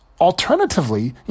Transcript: Alternatively